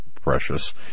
precious